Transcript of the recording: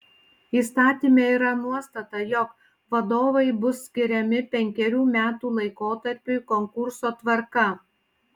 įstatyme yra nuostata jog vadovai bus skiriami penkerių metų laikotarpiui konkurso tvarka